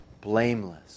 blameless